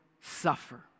suffer